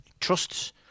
Trusts